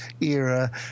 era